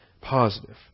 Positive